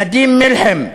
נדים מלחם,